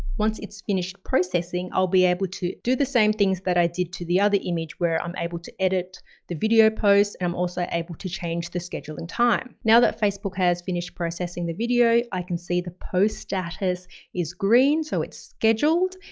once it's finished processing, i'll be able to do the same things that i did to the other image where i'm able to edit the video post, and i'm also able to change the schedule and time. now that facebook has finished processing the video, i can see the post status is green, so it's scheduled.